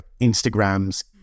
Instagram's